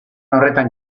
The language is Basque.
horretan